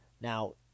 Now